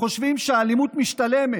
חושבים שהאלימות משתלמת,